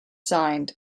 signed